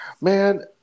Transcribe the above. Man